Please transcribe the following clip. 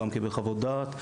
הוא קיבל גם חוות דעת.